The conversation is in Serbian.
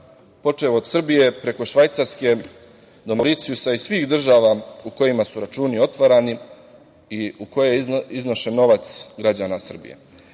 počev od Srbije, preko Švajcarske, do Mauricijusa i svih država u kojima su računi otvarani i u koje je iznošen novac građana Srbije.